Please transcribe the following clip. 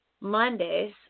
Mondays